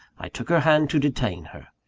i took her hand to detain her.